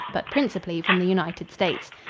but principally from the united states.